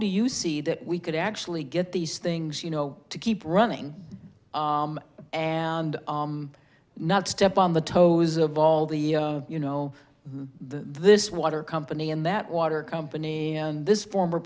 do you see that we could actually get these things you know to keep running and not step on the toes of all the you know this water company and that water company and this former